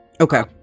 Okay